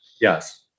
Yes